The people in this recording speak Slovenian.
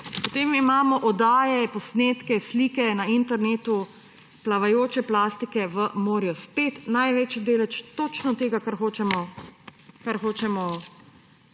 fotografijo/ oddaje, posnetke, slike na internetu – plavajoča plastika v morju. Spet največji delež točno tega, kar hočemo